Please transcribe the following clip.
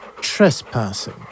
trespassing